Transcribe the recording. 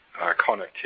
connectivity